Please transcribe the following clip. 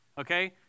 Okay